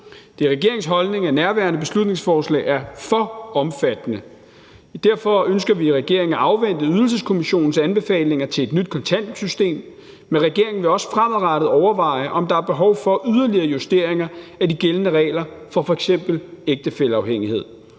Det er regeringens holdning, at nærværende beslutningsforslag er for omfattende, og derfor ønsker vi i regeringen at afvente Ydelseskommissionens anbefalinger til et nyt kontanthjælpssystem Men regeringen vil også fremadrettet overveje, om der er behov for yderligere justeringer af de gældende regler for f.eks. ægtefælleafhængighed.